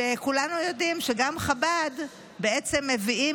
שכולנו יודעים שגם חב"ד בעצם מביאים